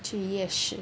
去夜市